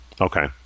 Okay